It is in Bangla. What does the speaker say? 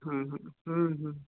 হ্যাঁ হ্যাঁ হুম হুম